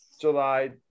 July